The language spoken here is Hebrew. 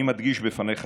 אני מדגיש בפניך,